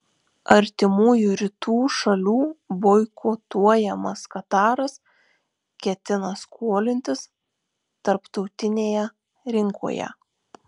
artimųjų rytų šalių boikotuojamas kataras ketina skolintis tarptautinėje rinkoje